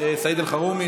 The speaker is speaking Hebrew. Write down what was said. סעיד אלחרומי,